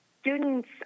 students